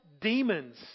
demons